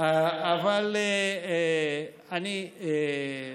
אבל אני, כן,